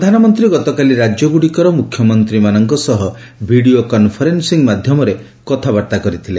ପ୍ରଧାନମନ୍ତ୍ରୀ ଗତକାଲି ରାଜ୍ୟଗୁଡ଼ିକର ମୁଖ୍ୟମନ୍ତ୍ରୀମାନଙ୍କ ସହ ଭିଡ଼ିଓ କନ୍ଫରେନ୍ସିଂ ମାଧ୍ୟମରେ କଥାବର୍ତ୍ତା କରିଥିଲେ